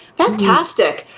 fantastic.